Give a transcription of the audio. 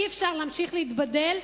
אי-אפשר להמשיך להתבדל,